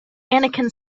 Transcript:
anakin